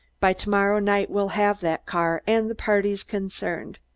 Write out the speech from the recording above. by to-morrow night we'll have that car and the parties concerned.